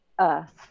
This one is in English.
Earth